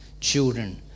children